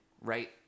right